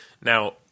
now